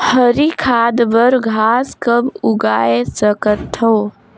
हरी खाद बर घास कब उगाय सकत हो?